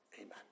Amen